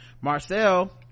Marcel